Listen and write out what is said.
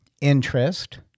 interest